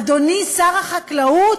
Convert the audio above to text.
אדוני שר החקלאות,